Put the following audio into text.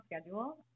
schedule